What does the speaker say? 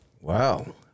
Wow